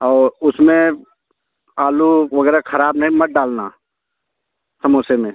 और उसमें आलू वगैरह खराब नहीं मत डालना समोसे में